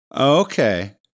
Okay